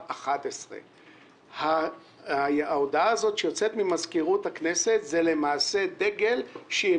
השעה 23:00. ההודעה הזאת שיוצאת ממזכירות הכנסת היא דגל שהיא